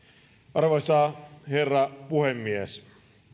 arvoisa herra puhemies